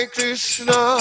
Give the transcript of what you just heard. Krishna